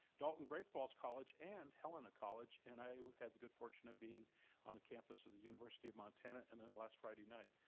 dalton, great falls college and helena college. and i had the good fortune of being on the campus of the university of montana and then last friday night,